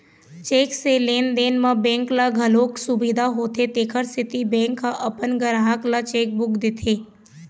cheque से लेन देन म बेंक ल घलोक सुबिधा होथे तेखर सेती बेंक ह अपन गराहक ल चेकबूक देथे